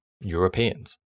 Europeans